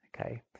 okay